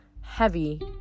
heavy